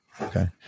Okay